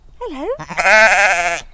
Hello